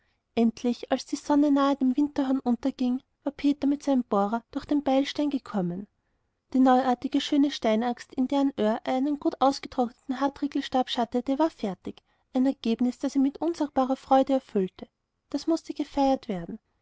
endlich als die sonne schon nahe am winterhorn unterging war peter mit seinem bohrer durch den beilstein gekommen die neuartige schöne steinaxt in deren öhr er einen gut ausgetrockneten hartriegelstab schäftete war fertig ein ereignis das ihn mit unsagbarer freude erfüllte das mußte gefeiert werden